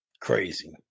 Crazy